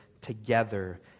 together